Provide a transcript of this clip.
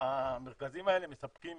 המרכזים האלה מספקים